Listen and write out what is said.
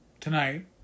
tonight